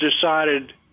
decided